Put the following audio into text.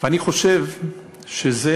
ואני חושב שזה